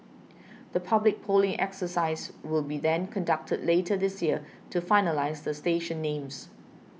the public polling exercise will be then conducted later this year to finalise the station names